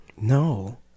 No